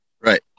Right